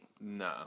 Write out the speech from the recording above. No